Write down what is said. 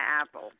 apple